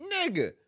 Nigga